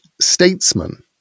statesman